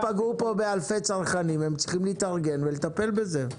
פגעו פה באלפי צרכנים הם צריכים להתארגן ולטפל בזה.